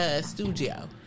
studio